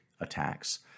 attacks